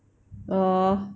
!aww!